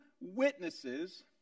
witnesses